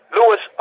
Lewis